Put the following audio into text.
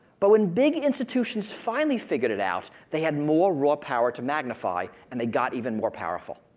but when big institutions finally figured it out, they had more raw power to magnify and they got even more powerful.